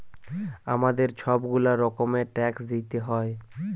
আমাদের ছব গুলা রকমের ট্যাক্স দিইতে হ্যয়